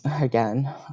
again